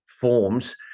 forms